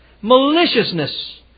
Maliciousness